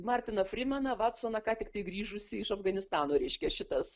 martiną frymeną vatsoną ką tik grįžusi iš afganistano reiškia šitas